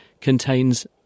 Contains